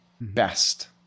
best